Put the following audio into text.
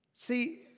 see